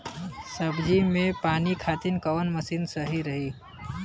सब्जी में पानी खातिन कवन मशीन सही रही?